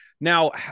now